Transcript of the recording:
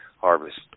harvest